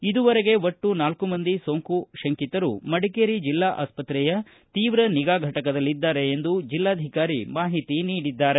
ಇದುವರೆಗೆ ಒಟ್ಟು ನಾಲ್ಕು ಮಂದಿ ಸೋಂಕು ಶಂಕಿತರು ಮಡಿಕೇರಿ ಜಿಲ್ಲಾ ಆಸ್ಪತ್ರೆಯ ತೀವ್ರ ನಿಗಾ ಫಟಕದಲ್ಲಿದ್ದಾರೆ ಎಂದು ಜಿಲ್ಲಾಧಿಕಾರಿ ಮಾಹಿತಿ ನೀಡಿದ್ದಾರೆ